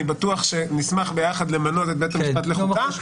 אני בטוח שנשמח ביחד למנות את בית המשפט לחוקה.